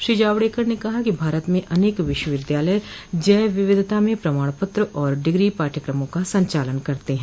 श्री जावडेकर ने कहा कि भारत में अनेक विश्वविद्यालय जैव विविधता में प्रमाणपत्र और डिग्री पाठ्यक्रमों का संचालन करते हैं